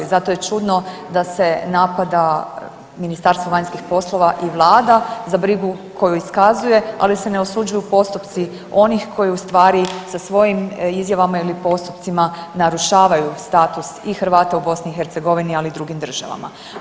Zato je čudno da se napada Ministarstvo vanjskih poslova i vlada za brigu koju iskazuje, ali se ne osuđuju postupci onih koji u stvari sa svojim izjavama ili postupcima narušavaju status i Hrvata u BiH, ali i u drugim državama.